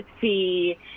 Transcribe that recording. see